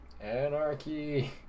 Anarchy